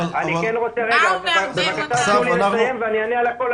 --- אבל אסף אנחנו --- תנו לי לסיים ואני אענה על הכל,